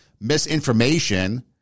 misinformation